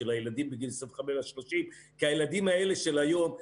הילדים בגיל 25 עד 30 כי הילדים האלה של היום,